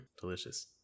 Delicious